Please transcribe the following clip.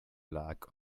lack